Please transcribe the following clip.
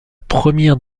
première